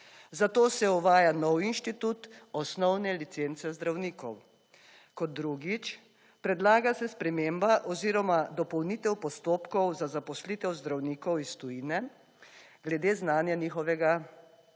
Zato se uvaja nov inštitut osnovne licence zdravnikov. Kot drugič. Predlaga se sprememba oziroma dopolnitev postopkov za zaposlitev zdravnikov iz tujine glede znanja njihovega